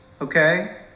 Okay